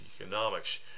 economics